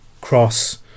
cross